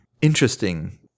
interesting